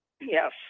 Yes